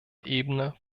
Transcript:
ebene